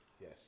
Yes